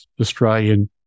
Australian